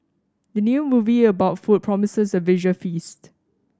the new movie about food promises a visual feast